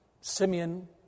Simeon